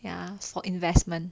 ya for investment